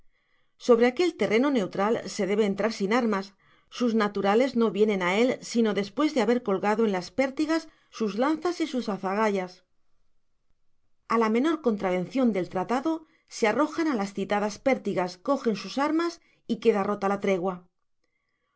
sobre aquel terreno neutral se debe entrar sin armas sus naturales no vienen á él sino despues de haber colgado en las pértigas sus lanzas y sus azagayas a la menor contravencion del tratado se arrojan á las citadas pértigas cogen sus armas y queda rota la tregua